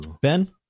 Ben